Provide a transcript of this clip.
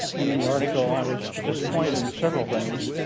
in in the article, i was disappointed in several things,